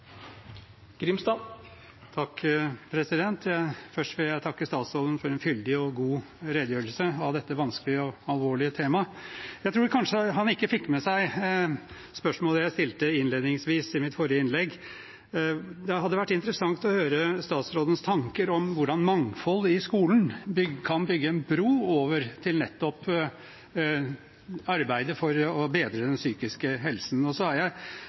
Først vil jeg takke statsråden for en fyldig og god redegjørelse om dette vanskelige og alvorlige temaet. Jeg tror kanskje han ikke fikk med seg spørsmålet jeg stilte innledningsvis i mitt forrige innlegg. Det hadde vært interessant å høre statsrådens tanker om hvordan mangfold i skolen kan bygge bro over til nettopp arbeidet for å bedre den psykiske helsen blant barn og unge. Jeg